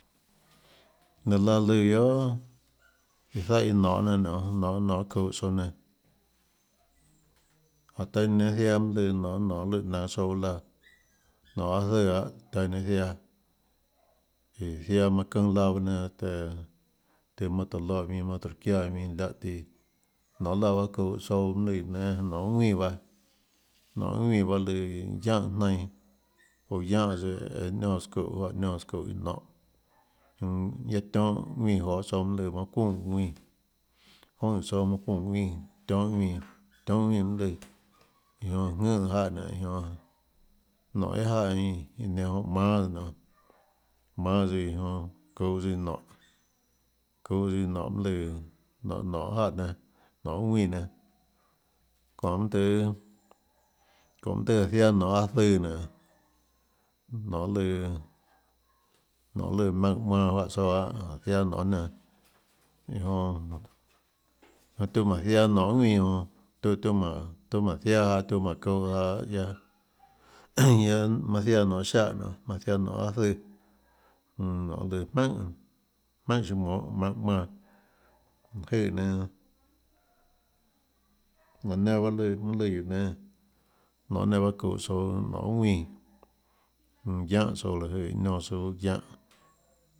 Laã laã lùã guiohà iã ziáhã nonê nenã nonê nonê nonê çuhå tsouã nenã jánhå taã iã nenã ziaã mønâ lùã nonê nonê lùã naønå tsouã laãnonê aâ zùã lahâ taã iã nenã ziaã iã zaiã manã çønã laã bahâ nenã tùã tùã manã tøã loè ðuinã manã tróhå çiáã ðuinã láhã tíã nonê laã bahâ çuhå tsouã mønâ lùã guióå nénâ nonê guiohà ðuínã bahâ nonê guiohà ðuínã bahâ lùã guiáhã jnainã oå guíahã tsøã eã niónãs çúhå juáhã niónãs çúhå iã nónhå mm guiaâ tionhâ ðuínã joê tsouã mønâ lùã manã çuunè ðuínã juønè tsouã manã çuunè ðuínã tionhâ ðuínã tionhâ ðuínã mønâ lùã iã jonã jùnhã tsøã jáhã nénå iã jonã nonê guiohà jáhã eínã iã nenã jonã mánâs nonê mánâ tsøã iã jonã çuhå tsøã iã nónhå çuhå tsøã iã nónhå mønâ lùã nónhå nónhå guiohà jáhã nénâ nonê guiohà ðuínã nénâ çonê mønâ tøhê çonê mønâ tøhê áå ziaã nonê aâ zùã nénå nonê lùã nonê lùã maùnã manã juáhã tsouã lahâ áhå ziaã nonê nenã iã jonã tiuâ jmánhå ziaã nonê guiohà ðuínã jonã tiuã tiuã jmánhå tiuã jmánhå ziaã jaå tiuã jmánhå çuhå jaå guiaâ guiaâ manã ziaã nonê ziáhã nonê manã ziaã nonê aâ zùã mm nonê lùã jmaùnhà jmaùnhà siã monhå maùnã manã láå jøè nenã laã nenã mønâ lùã mønâ lùã guióå nénâ nonê nenã baâ çuhå tsouã nonê guiohà ðuínã mm guiáhã tsouã láhå jøè iã niónã tsouã guiáhã.